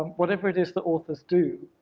whatever it is that authors do,